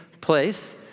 place